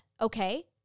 okay